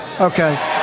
okay